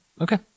Okay